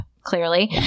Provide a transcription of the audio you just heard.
clearly